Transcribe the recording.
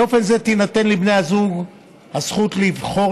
באופן זה תינתן לבני הזוג הזכות לבחור